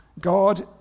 God